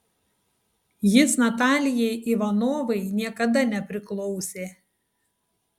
jis natalijai ivanovai niekada nepriklausė